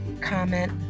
comment